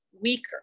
weaker